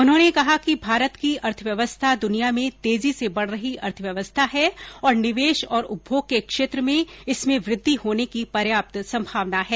उन्होंने कहा कि भारत की अर्थव्यवस्था दुनिया में तेजी से बढ़ रही अर्थव्यवस्था है और निवेश तथा उपमोग के क्षेत्र में इसमें वृद्धि होने की पर्याप्त संभावना है